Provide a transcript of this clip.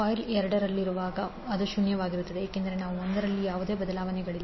coil 2 ರಲ್ಲಿರುವಾಗ ಅದು ಶೂನ್ಯವಾಗಿರುತ್ತದೆ ಏಕೆಂದರೆ ನಾನು 1 ರಲ್ಲಿ ಯಾವುದೇ ಬದಲಾವಣೆಗಳಿಲ್ಲ